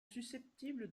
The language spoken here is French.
susceptibles